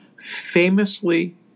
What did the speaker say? famously